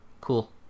cool